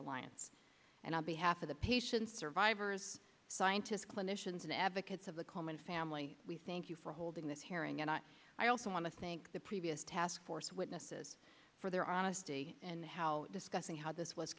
alliance and i behalf of the patients survivors scientists clinicians and advocates of the common family thank you for holding this hearing and i also want to thank the previous taskforce witnesses for their honesty and how discussing how this was